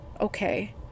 okay